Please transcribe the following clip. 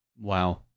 Wow